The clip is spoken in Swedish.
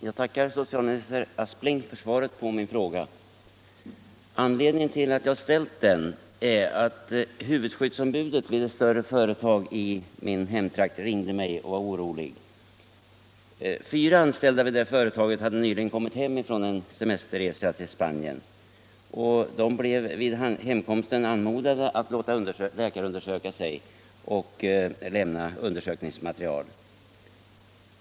Herr talman! Jag tackar socialminister Aspling för svaret på min fråga. Anledningen till att jag har ställt den är att huvudskyddsombudet vid ett större företag i min hemtrakt ringde mig och var orolig. Fyra anställda vid det företaget hade nyligen kommit hem från en semesterresa till Spanien, och de blev vid hemkomsten anmodade att låta läkarundersöka sig och lämna undersökningsmaterial.